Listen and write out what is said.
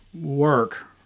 work